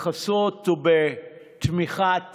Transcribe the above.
בחסות ובתמיכת